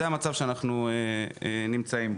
זה המצב שאנחנו נמצאים בו.